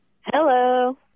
Hello